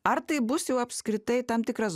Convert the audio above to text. ar tai bus jau apskritai tam tikras